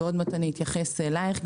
ותכף אתייחס אליך,